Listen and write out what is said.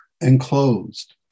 enclosed